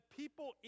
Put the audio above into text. people